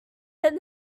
then